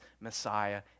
Messiah